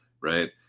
right